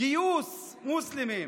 גיוס מוסלמים.